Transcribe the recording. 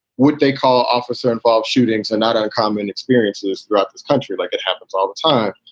would they call officer involved? shootings are not uncommon experiences throughout this country, like it happens all the time.